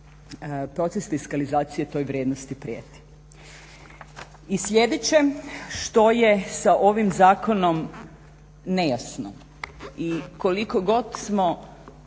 Proces fiskalizacije toj vrijednosti prijeti. I sljedeće što je sa ovim zakonom nejasno i koliko god smo